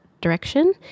direction